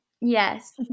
Yes